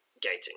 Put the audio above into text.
Gating